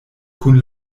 kun